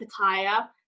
Pattaya